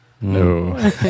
No